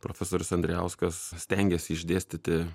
profesorius andrijauskas stengėsi išdėstyti